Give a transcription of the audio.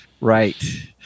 Right